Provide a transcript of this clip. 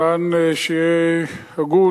למען אהיה הגון,